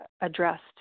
addressed